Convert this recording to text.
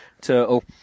turtle